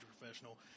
professional